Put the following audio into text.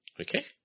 Okay